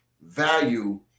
value